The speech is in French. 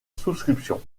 souscription